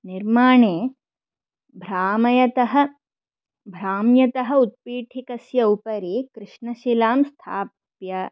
निर्माणे भ्रामयतः भ्राम्यतः उत्पीठीकस्य उपरि कृष्णशिलां स्थाप्य